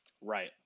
Right